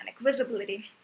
visibility